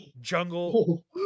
Jungle